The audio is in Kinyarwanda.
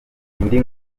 indi